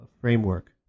framework